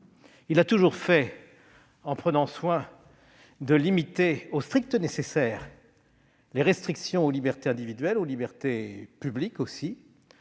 ses pouvoirs, en prenant soin de limiter au strict nécessaire les restrictions aux libertés individuelles et aux libertés publiques,